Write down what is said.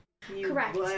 Correct